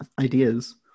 ideas